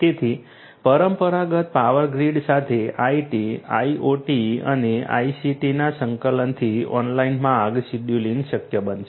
તેથી પરંપરાગત power grid સાથે આઇટી આઇઓટી અને આઇસીટીના સંકલનથી ઓનલાઇન માંગ શેડ્યુલિંગ શક્ય બનશે